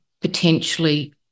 potentially